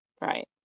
right